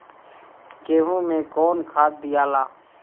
गेहूं मे कौन खाद दियाला?